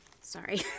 Sorry